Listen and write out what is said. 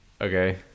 Okay